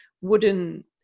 wooden